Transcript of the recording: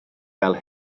fel